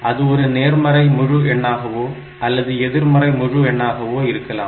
அது ஒரு நேர்மறை முழு எண்ணாகவோ அல்லது எதிர்மறை முழு எண்ணாகவோ இருக்கலாம்